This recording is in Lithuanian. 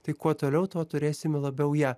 tai kuo toliau tuo turėsime labiau ją